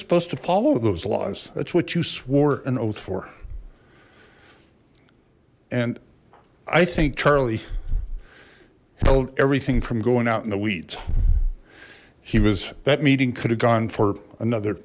supposed to follow those laws that's what you swore an oath for and i think charlie held everything from going out in the weeds he was that meeting could have gone for another